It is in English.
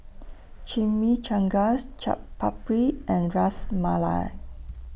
Chimichangas Chaat Papri and Ras Malai